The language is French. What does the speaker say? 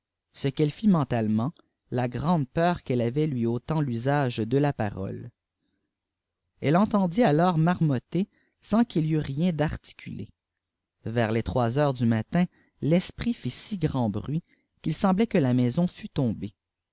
ce qu'elle fit mentalemfent la grande peur qu'elle avait lui nt tusage de te pttkole elle entendit akrs marmotter sans u'il y eût nen dartia y rs les trois heures du matin l'esprit fit si grand bruit qu'il seni wait cfue la maison fftt tombée